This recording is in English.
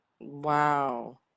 wow